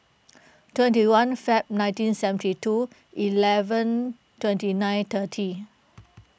twenty one Feb nineteen seventy two eleven twenty nine thirty